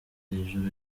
hejuru